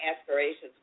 aspirations